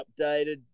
updated